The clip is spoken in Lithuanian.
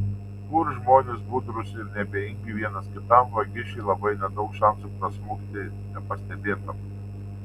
kur žmonės budrūs ir neabejingi vienas kitam vagišiui labai nedaug šansų prasmukti nepastebėtam